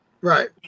Right